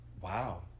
wow